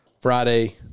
Friday